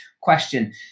question